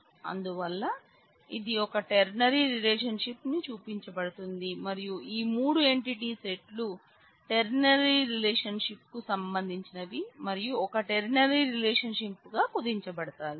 అందువల్ల ఇది ఒక టెర్నరీ రిలేషన్షిప్ చూపించబడుతుంది మరియు ఈ మూడు ఎంటిటి సెట్ లు టెర్నరీ రిలేషన్ షిప్ కు సంబంధించినవి మరియు ఒక టెర్నరీ రిలేషన్షిప్ గా కుదించబడతాయి